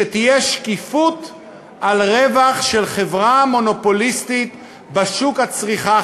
שתהיה שקיפות על רווח של חברה מונופוליסטית בשוק הצריכה,